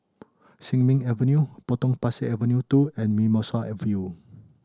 Sin Ming Avenue Potong Pasir Avenue Two and Mimosa View